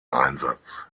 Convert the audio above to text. einsatz